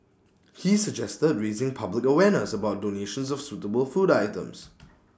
he suggested raising public awareness about donations of suitable food items